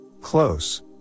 Close